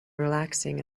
relaxing